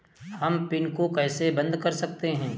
हम पिन को कैसे बंद कर सकते हैं?